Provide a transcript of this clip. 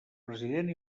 president